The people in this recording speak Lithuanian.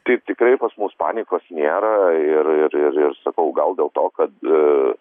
taip tikrai pas mus panikos nėra ir ir ir ir sakau gal dėl to kad